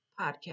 podcast